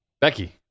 Becky